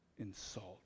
insult